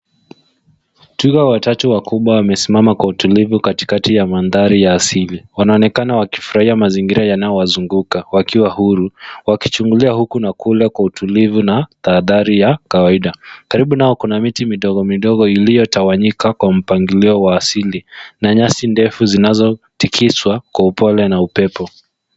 Twiga watatu wakubwa wamesimama kwa utulivu katikati ya mandhari ya asili. Wanaonekana wakifurahia mazingira yanayowazunguka wakiwa huru wakichungulia huku na kule kwa utulivu na tahadhari ya kawaida. Karibu nao kuna miti midogo midogo iliyotawanyika kwa mpangilio wa asili na nyasi ndefu zinazotikiswa kwa upole na upepo.